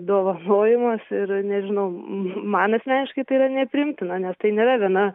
dovanojimas ir nežinau man asmeniškai tai yra nepriimtina nes tai nėra viena